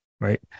right